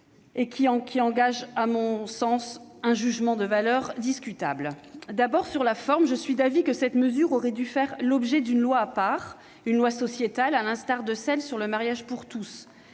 » qui reflète, à mon sens, un jugement de valeur discutable. D'abord, sur la forme, je suis d'avis que cette mesure aurait dû faire l'objet d'une loi à part, une loi sociétale à l'instar de celle sur le mariage pour tous.